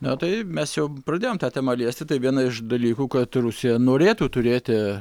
na tai mes jau pradėjom tą temą liesti tai vieną iš dalykų kad rusija norėtų turėti